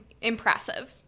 impressive